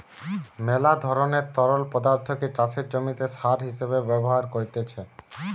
মেলা ধরণের তরল পদার্থকে চাষের জমিতে সার হিসেবে ব্যবহার করতিছে